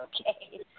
Okay